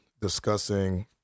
discussing